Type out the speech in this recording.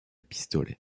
pistolet